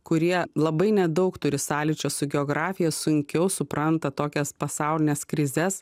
kurie labai nedaug turi sąlyčio su geografija sunkiau supranta tokias pasaulines krizes